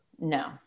No